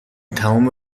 تموم